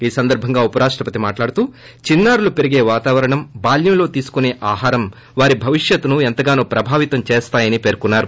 ఈ ప్రారంగా ఉప రాష్టపతి మాట్లాడుతూ చిన్నారులు పెరిగే వాతావరణం బాల్యంలో తీసుకునే ఆహారం ోభవిష్యత్తును ఎంతగానో ప్రభావితం చేస్తాయని పేర్చొన్నారు